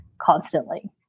constantly